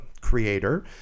creator